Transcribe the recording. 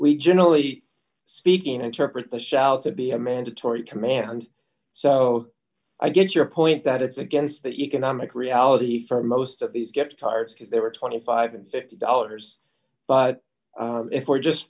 we generally speaking interpret the shout to be a mandatory command so i get your point that it's against the economic reality for most of these gift cards because they were twenty five dollars and fifty dollars but if we're just